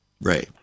Ray